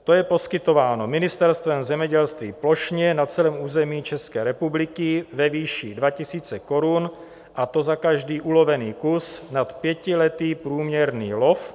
To je poskytováno Ministerstvem zemědělství plošně na celém území České republiky ve výši 2 000 korun, a to za každý ulovený kus nad pětiletý průměrný lov.